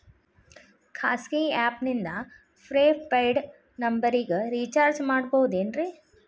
ಖಾಸಗಿ ಆ್ಯಪ್ ನಿಂದ prepaid ನಂಬರಿಗ ರೇಚಾರ್ಜ್ ಮಾಡಬಹುದೇನ್ರಿ?